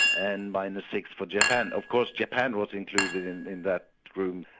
and minus six for japan. of course japan was included in in that room.